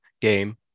game